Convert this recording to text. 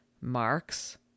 Marks